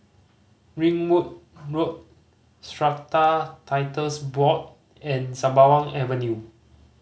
Ringwood Road Strata Titles Board and Sembawang Avenue